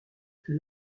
que